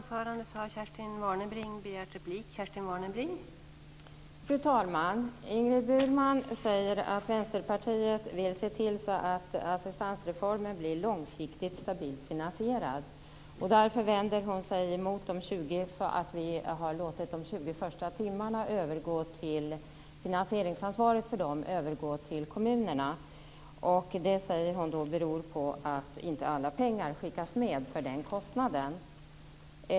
Fru talman! Ingrid Burman säger att Vänsterpartiet vill se till att assistansreformen blir långsiktigt stabilt finansierad. Därför vänder hon sig emot att vi har låtit finansieringsansvaret för de 20 första timmarna övergå till kommunerna. Det säger hon beror på att inte alla pengar skickas med för den kostnaden.